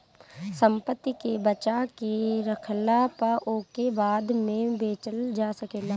संपत्ति के बचा के रखला पअ ओके बाद में बेचल जा सकेला